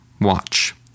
Watch